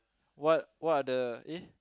what what are the eh